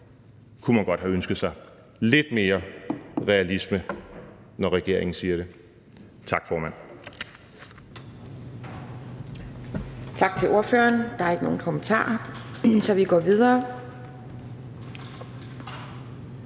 kunne man godt have ønsket sig lidt mere realisme, når regeringen siger det. Tak, formand.